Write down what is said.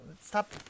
stop